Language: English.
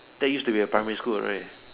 that used to be a primary school right